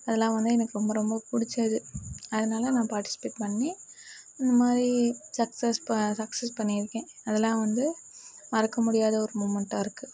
அதலாம் வந்து எனக்கு ரொம்ப ரொம்ப பிடிச்ச இது அதனால் நான் பார்ட்டிசிபேட் பண்ணி இந்தமாரி சக்ஸஸ் சக்ஸஸ் பண்ணியிருக்கேன் அதல்லாம் வந்து மறக்க முடியாத ஒரு மொமெண்ட்டாயிருக்கு